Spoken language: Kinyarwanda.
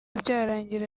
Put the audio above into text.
byarangira